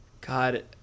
God